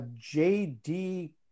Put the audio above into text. JD